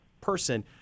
person